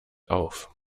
auf